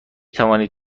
توانید